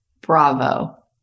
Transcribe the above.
bravo